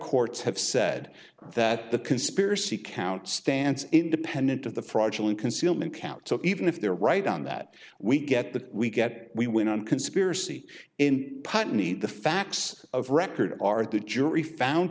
courts have said that the conspiracy count stands independent of the fraudulent concealment count so even if they're right on that we get the we get we win on conspiracy in putney the facts of record are the jury found